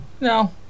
No